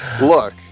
Look